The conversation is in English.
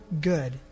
good